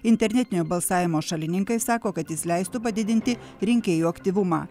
internetinio balsavimo šalininkai sako kad jis leistų padidinti rinkėjų aktyvumą